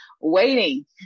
waiting